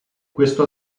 questo